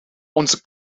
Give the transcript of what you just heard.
onze